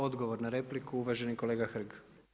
Odgovor na repliku uvaženi kolega Hrg.